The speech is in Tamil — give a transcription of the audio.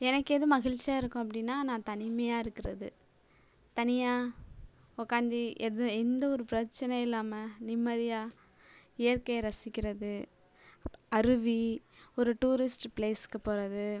எனக்கு எது மகிழ்ச்சியாக இருக்கும் அப்படின்னா நான் தனிமையாக இருக்கிறது தனியா உட்காந்தி எது எந்தவொரு பிரச்சினையும் இல்லாமல் நிம்மதியாக இயற்கையை ரசிக்கிறது அருவி ஒரு டூரிஸ்ட்டு பிளேஸ்க்கு போகிறது